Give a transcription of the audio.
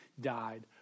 died